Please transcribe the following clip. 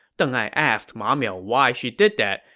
deng ai asked ma miao why she did that,